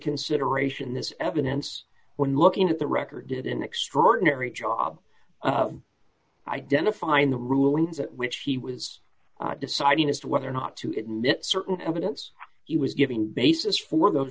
consideration this evidence when looking at the record did an extraordinary job identifying the rulings at which he was deciding as to whether or not to admit certain evidence he was giving the basis for those